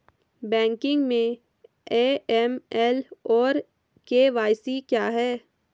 Banking में AML और KYC क्या हैं?